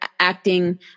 Acting